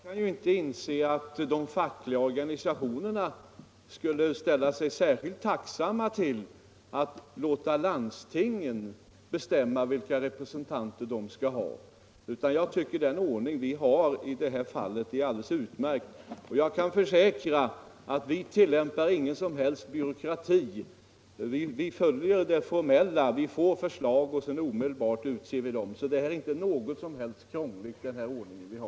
Herr talman! Jag kan inte inse att de fackliga organisationerna skulle känna sig särskilt tacksamma för att landstingen får bestämma vilka representanter organisationerna skall ha. Jag tycker att den ordning vi har nu är alldeles utmärkt, och jag kan försäkra att vi inte tillämpar någon som helst byråkrati. Vi följer bara det formella — vi får förslag och utser representanterna omedelbart. Den nuvarande ordningen är alltså inte på något sätt krånglig.